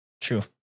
True